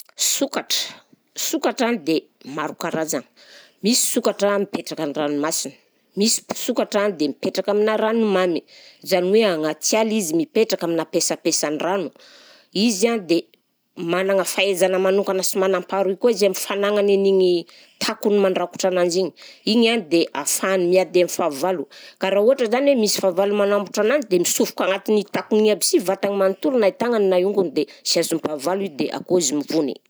Sokatra, sokatra de maro karazagna, misy sokatra mipetraka an-dranomasina, misy p- sokatra de mipetraka aminà ranomamy, izany hoe agnaty ala izy mipetraka aminà pesapesan-drano, izy a dia managna fahaizana manokana sy manam-paharoy koa izy amin'ny fanagnany an'igny takony mandrakotra ananjy igny, igny a dia ahafahany miady am'fahavalo ka raha ohatra zany hoe misy fahavalo manambotra ananjy dia misofoka agnatin'ny takony igny aby si vatagny manontolo na i tagnany na i ongony dia sy azom-pahavalo i dia akao izy mivony.